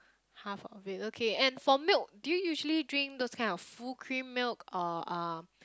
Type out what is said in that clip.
half of it okay and for milk do you usually drink those kind of full cream milk or uh